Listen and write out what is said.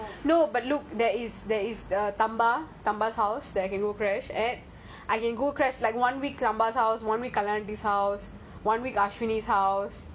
very very happy